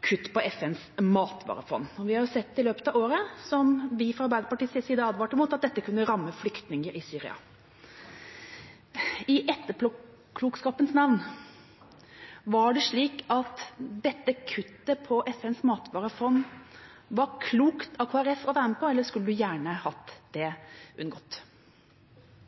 kutt i FNs matvarefond. Vi har i løpet av året sett det som vi fra Arbeiderpartiets side advarte mot, at dette kunne ramme flyktninger i Syria. I etterpåklokskapens lys: Var det klokt av Kristelig Folkeparti å være med på kuttet i FNs matvarefond, eller skulle man gjerne ha unngått det? Takk